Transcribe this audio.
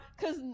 cause